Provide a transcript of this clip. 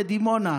בדימונה.